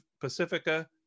Pacifica